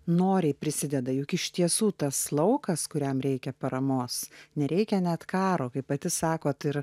noriai prisideda juk iš tiesų tas laukas kuriam reikia paramos nereikia net karo kaip pati sakote ir